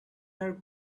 are